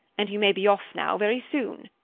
and you may be off now very soon.